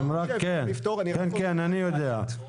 כן, אני יודע.